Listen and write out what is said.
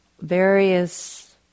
various